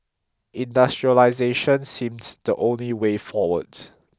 industrialisation seemed the only way forward